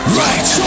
right